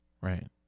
Right